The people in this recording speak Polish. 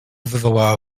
wywołała